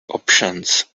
options